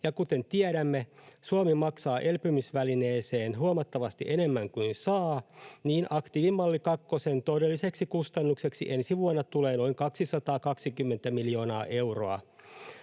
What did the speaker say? Ja kuten tiedämme, Suomi maksaa elpymisvälineeseen huomattavasti enemmän kuin saa, joten aktiivimalli kakkosen todelliseksi kustannukseksi ensi vuonna tulee noin 220 miljoonaa euroa.